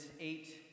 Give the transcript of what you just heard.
eight